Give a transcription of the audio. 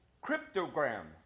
cryptogram